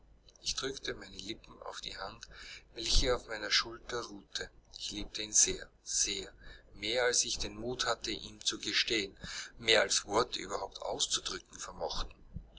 ich drückte meine lippen auf die hand welche auf meiner schulter ruhte ich liebte ihn sehr sehr mehr als ich den mut hatte ihm zu gestehen mehr als worte überhaupt auszudrücken vermochten